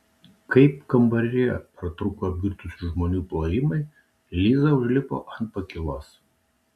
kai kambaryje pratrūko apgirtusių žmonių plojimai liza užlipo ant pakylos